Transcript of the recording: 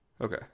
Okay